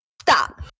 stop